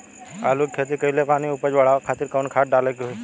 आलू के खेती कइले बानी उपज बढ़ावे खातिर कवन खाद डाले के होई?